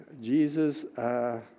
Jesus